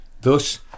Thus